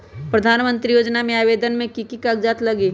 प्रधानमंत्री योजना में आवेदन मे की की कागज़ात लगी?